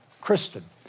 Kristen